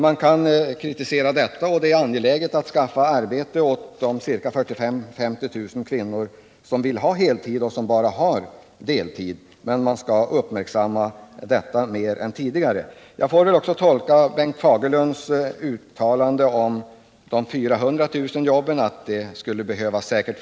Man kan kritisera detta, och det är angeläget att skaffa heltidsarbete åt de ca 45 000-50 000 kvinnor som vill ha heltid men bara har deltid — man bör uppmärksamma detta mer än tidigare och göra vad som är möjligt. Jag får väl också tolka Bengt Fagerlunds uttalande om att det säkert skulle behövas fler än 400 000 nya jobb.